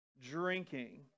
drinking